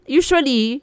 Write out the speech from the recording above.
usually